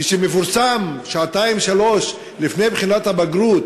כשמתפרסם שעתיים-שלוש לפני בחינת הבגרות,